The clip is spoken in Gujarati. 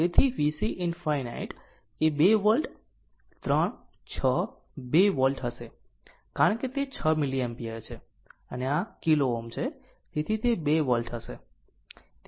તેથી VC ∞ એ 2 વોલ્ટ 3 6 2 વોલ્ટ હશે કારણ કે તે 6 મિલિએમ્પિયર છે અને આ કિલો Ω છે તેથી તે 2 વોલ્ટ છે